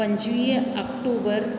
पंजवीह अक्टूबर